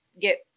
get